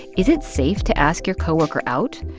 is it safe to ask your co-worker out?